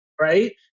right